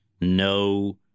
No